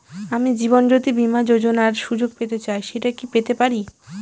আমি জীবনয্যোতি বীমা যোযোনার সুযোগ পেতে চাই সেটা কি পেতে পারি?